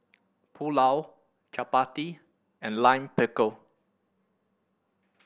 Pulao Chapati and Lime Pickle